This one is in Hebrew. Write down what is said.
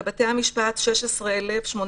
בבתי המשפט 16,817,